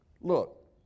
Look